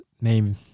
name